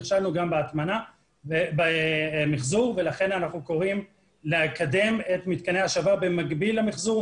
נכשלנו גם במחזור ולכן אנחנו קוראים לקדם את מתקני ההשבה במקביל למחזור.